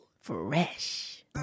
Fresh